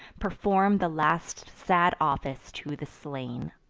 perform the last sad office to the slain.